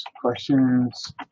questions